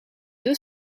deux